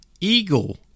Eagle